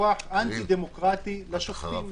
כוח אנטי דמוקרטי לשופטים.